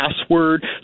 password